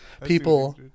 People